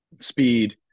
speed